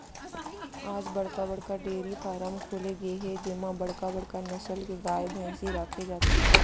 आज बड़का बड़का डेयरी फारम खोले गे हे जेमा बड़का बड़का नसल के गाय, भइसी राखे जाथे